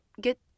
get